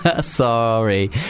Sorry